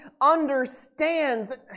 understands